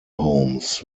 homes